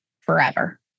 forever